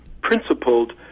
principled